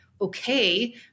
okay